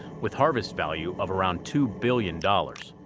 with harvest value of around two billion dollars.